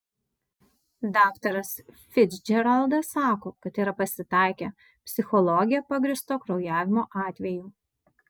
daktaras ficdžeraldas sako kad yra pasitaikę psichologija pagrįsto kraujavimo atvejų